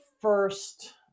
first